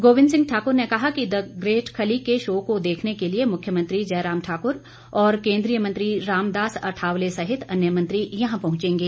गोबिंद सिंह ठाकुर ने कहा कि द ग्रेट खली के शो को देखने के लिए मुख्यमंत्री जयराम ठाकुर सहित केंद्रीय मंत्री रामदास अठावले सहित अन्य मंत्री यहां पहुंचेंगे